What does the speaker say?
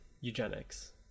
eugenics